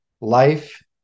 life